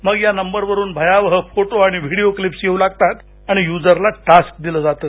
मग या नंबरवरून भयावह फोटो आणि व्हिडिओ क्लिप्स येऊ लागतात आणि यूजरला टास्क दिलं जातं